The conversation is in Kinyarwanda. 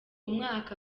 mwaka